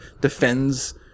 defends